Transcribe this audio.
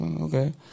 Okay